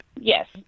yes